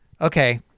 Okay